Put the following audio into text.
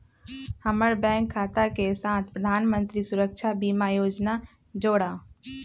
हम्मर बैंक खाता के साथ प्रधानमंत्री सुरक्षा बीमा योजना जोड़ा